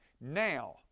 now